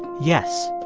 yes,